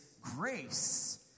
grace